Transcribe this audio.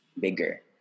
bigger